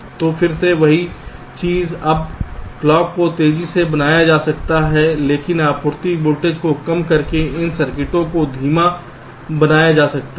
तो फिर से वही चीज अब क्लॉक को तेजी से बनाया जा सकता है लेकिन आपूर्ति वोल्टेज को कम करके इन सर्किटों को धीमा बनाया जा सकता है